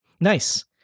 Nice